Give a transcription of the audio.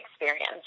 experience